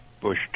Bush